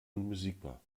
unbesiegbar